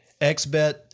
XBET